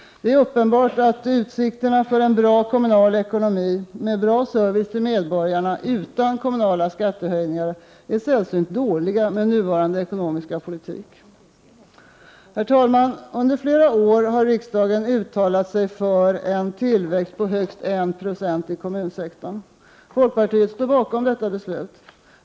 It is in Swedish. Det är uppenbart att utsikterna för en bra kommunal ekonomi, med bra service till medborgarna utan kommunala skattehöjningar, är sällsynt dåliga med nuvarande ekonomiska politik. Herr talman! Riksdagen har under flera år uttalat sig för en tillväxt på högst 1 96 i kommunsektorn. Vi i folkpartiet står bakom detta beslut.